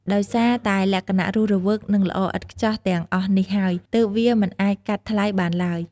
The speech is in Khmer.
ដោយសារតែលក្ខណៈរស់រវើក និងល្អឥតខ្ចោះទាំងអស់នេះហើយ ទើបវាមិនអាចកាត់ថ្លៃបានឡើយ។